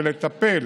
ולטפל